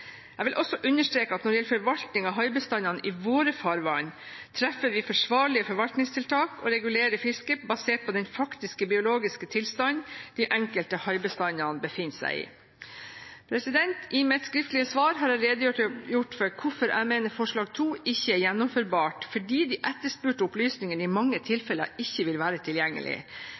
Jeg vil også understreke at når det gjelder forvaltning av haibestandene i våre farvann, treffer vi forsvarlige forvaltningstiltak og regulerer fisket basert på den faktiske biologiske tilstanden de enkelte haibestandene befinner seg i. I mitt skriftlige svar har jeg redegjort for hvorfor jeg mener innstillingens forslag 2 ikke er gjennomførbart fordi de etterspurte opplysningene i mange